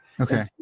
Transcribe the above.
Okay